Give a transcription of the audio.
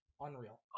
unreal